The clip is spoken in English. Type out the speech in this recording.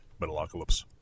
Metalocalypse